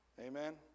Amen